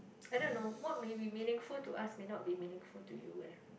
I don't know what may be meaningful to us may not be meaningful to you eh